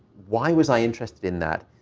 why was i interested in that?